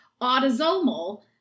Autosomal